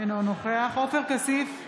אינו נוכח עופר כסיף,